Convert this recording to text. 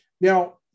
Now